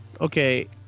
Okay